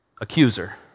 accuser